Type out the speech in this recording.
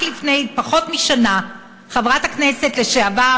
רק לפני פחות משנה חברת הכנסת לשעבר